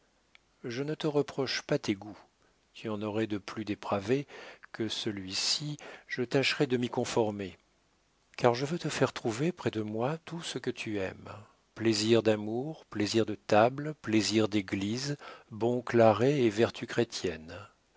je ne te reproche pas tes goûts tu en aurais de plus dépravés que celui-ci je tâcherais de m'y conformer car je veux te faire trouver près de moi tout ce que tu aimes plaisirs d'amour plaisirs de table plaisirs d'église bon claret et vertus chrétiennes